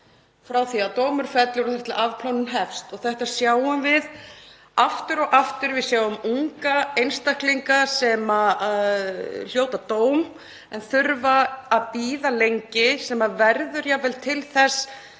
frá því að dómur fellur þar til afplánun hefst. Þetta sjáum við aftur og aftur. Við sjáum unga einstaklinga hljóta dóm sem þurfa að bíða lengi. Það verður jafnvel til þess